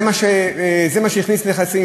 וזה מה שהכניס רווחים,